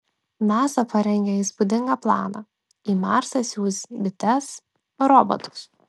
nasa parengė įspūdingą planą į marsą siųs bites robotus